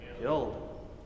Killed